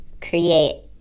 create